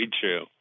true